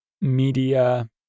media